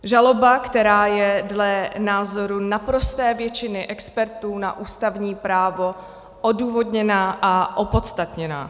Žaloba, která je dle názoru naprosté většiny expertů na ústavní právo odůvodněná a opodstatněná.